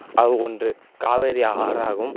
அது ஒன்று காவேரி ஆறாகும்